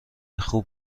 خوب